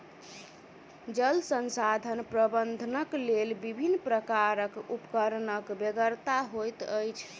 जल संसाधन प्रबंधनक लेल विभिन्न प्रकारक उपकरणक बेगरता होइत अछि